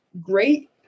great